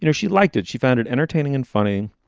you know she liked it. she found it entertaining and funny.